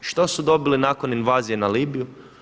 Što su dobili nakon invazije na Libiju?